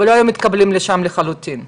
והם לא היו מתקבלים שם לחלוטין.